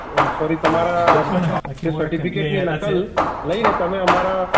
અ sorry તમારા જે સર્ટિફિકેટની નકલ લઇને તમે અમારા